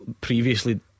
Previously